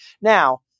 Now